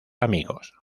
amigos